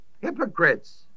Hypocrites